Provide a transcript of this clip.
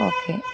okay